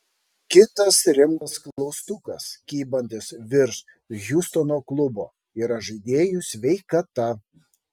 kitas rimtas klaustukas kybantis virš hjustono klubo yra žaidėjų sveikata